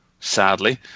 sadly